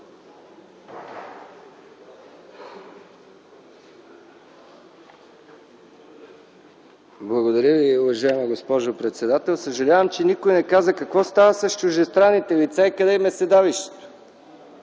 Благодаря Ви, уважаема госпожо председател. Съжалявам, че никой не каза какво става с чуждестранните лица и къде е седалището